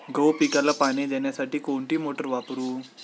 गहू पिकाला पाणी देण्यासाठी कोणती मोटार वापरू?